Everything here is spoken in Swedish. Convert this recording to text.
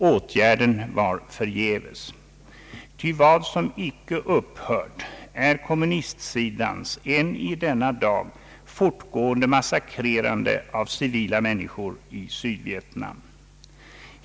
Åtgärden var förgäves, ty vad som icke upphört är kommunistsidans än i denna dag fortgående massakrerande av civila människor i Sydvietnam.